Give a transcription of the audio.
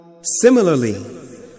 Similarly